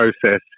process